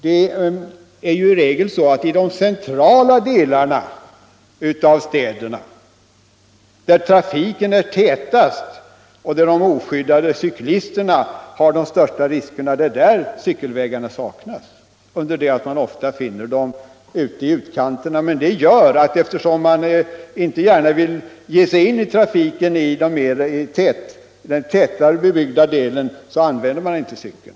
I regel är det just i de centrala delarna av städerna, där trafiken är tätast och de oskyddade cyklisterna löper de största riskerna, som cykelvägarna saknas, under det att man ofta finner dem i utkanterna. Eftersom man inte gärna vill ge sig in trafiken i den tätare bebyggda delen av staden använder många helt enkelt inte cykeln.